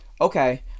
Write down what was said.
okay